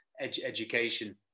education